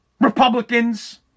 republicans